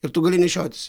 ir tu gali nešiotis